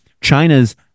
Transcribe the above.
china's